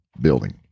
building